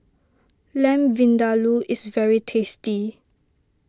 Lamb Vindaloo is very tasty